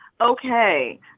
Okay